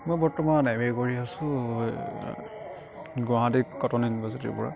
মই বৰ্তমান M A কৰি আছো গুৱাহাটীত কটন ইউনিভাৰ্চিটীৰপৰা